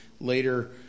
later